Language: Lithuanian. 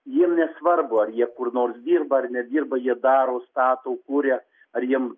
jiem nesvarbu ar jie kur nors dirba ar nedirba jie daro stato kuria ar jiem